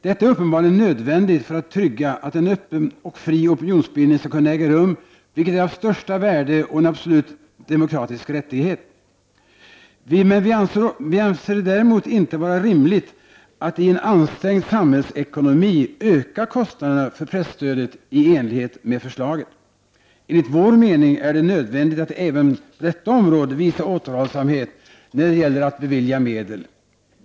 Detta är uppenbarligen nödvändigt för att trygga att en öppen och fri opinionsbildning skall kunna äga rum, vilket är av största värde och-en absolut demokratisk rättighet. Vi anser det däremot inte vara rimligt att i en ansträngd samhällsekonomi öka kostnaderna för presstödet i enlighet med förslaget. Enligt vår mening är det nödvändigt att även på detta område visa återhållsamhet när det gäller att bevilja medel.